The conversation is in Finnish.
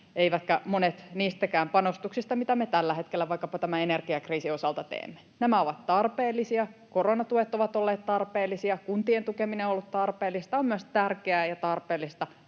eivätkä monet niistäkään panostuksista, mitä me tällä hetkellä vaikkapa tämän energiakriisin osalta teemme. Nämä ovat tarpeellisia, koronatuet ovat olleet tarpeellisia, kuntien tukeminen ollut tarpeellista. On myös tärkeää ja tarpeellista